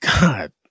God